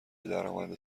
درآمد